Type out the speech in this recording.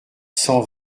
cent